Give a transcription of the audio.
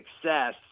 success